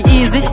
Easy